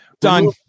done